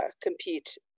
compete